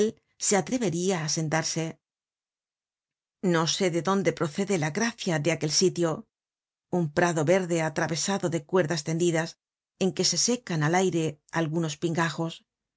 se atreveria á sentarse no sé de dónde procede la gracia de aquel sitio un prado verde atravesado de cuerdas tendidas en que se secan al aire algunos pingajos